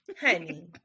Honey